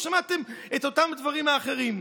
או שמעתם את אותם הדברים האחרים?